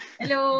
Hello